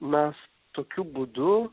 mes tokiu būdu